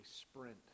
sprint